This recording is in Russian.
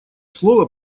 слово